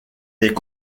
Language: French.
est